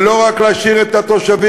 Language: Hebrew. ולא רק להשאיר את התושבים,